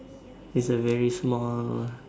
it's a very small